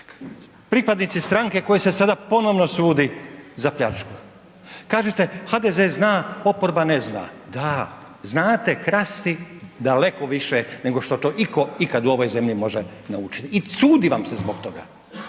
pripadnici stranke kojoj se sada ponovno sudi za pljačku. Kažete HDZ zna, oporba ne zna, da znate krasti daleko više nego što to itko ikad u ovoj zemlji može naučit i sudi vam se zbog toga,